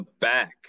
back